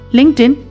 LinkedIn